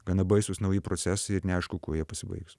gana baisūs nauji procesai ir neaišku kuo jie pasibaigs